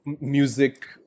music